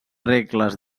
regles